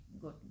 good